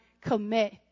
commit